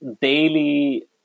daily